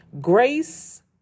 Grace